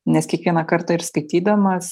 nes kiekvieną kartą ir skaitydamas